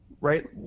right